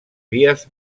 vies